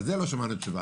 על זה לא שמענו תשובה.